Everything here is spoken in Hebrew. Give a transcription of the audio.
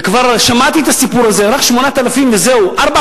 וכבר שמעתי את הסיפור הזה: רק 8,000 וזהו.